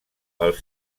els